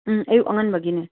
ꯑꯌꯨꯛ ꯑꯉꯟꯕꯒꯤꯅꯦ